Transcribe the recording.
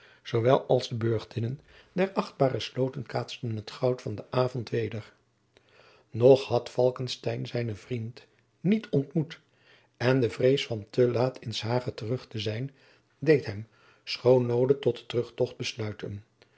zoowel als de burchttinnen der achtbare sloten kaatsten het goud van den avond weder nog had falckestein zijnen vriend niet ontmoet en de vrees van te laat in s hage terug te zijn deed hem schoon noode tot den terugtocht besluiten